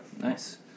Nice